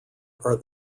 are